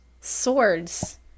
Swords